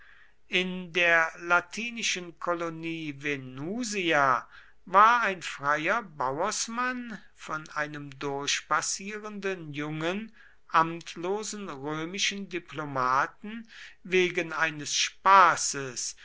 in der latinischen kolonie venusia war ein freier bauersmann von einem durchpassierenden jungen amtlosen römischen diplomaten wegen eines spaßes